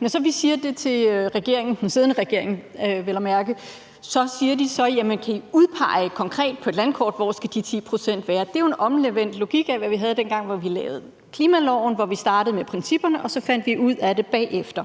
Når vi så siger det til regeringen, den siddende regering vel at mærke, siger de: Kan I udpege konkret på et landkort, hvor de 10 pct. skal være? Det er jo en omvendt logik af, hvad vi havde, dengang vi lavede klimaloven, hvor vi startede med principperne, og så fandt vi ud af det bagefter.